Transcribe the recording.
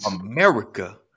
America